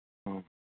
ꯑꯣ